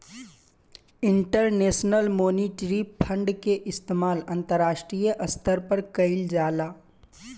international Monetary Fund के इस्तमाल अंतरराष्ट्रीय स्तर पर कईल जाला